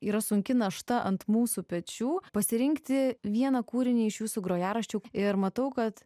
yra sunki našta ant mūsų pečių pasirinkti vieną kūrinį iš jūsų grojaraščių ir matau kad